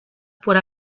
por